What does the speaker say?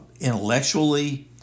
intellectually